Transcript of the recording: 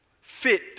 fit